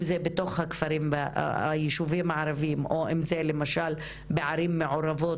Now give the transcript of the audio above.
אם זה בתוך היישובים הערביים או אם זה למשל בערים מעורבות,